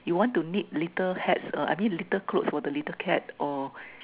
you want to knit little hats err I mean little clothes for the little cat or